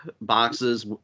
boxes